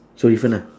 so different lah